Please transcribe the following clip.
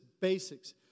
basics